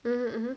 mm mmhmm